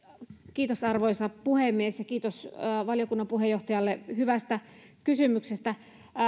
kiitos arvoisa puhemies ja kiitos valiokunnan puheenjohtajalle hyvästä kysymyksestä